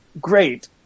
great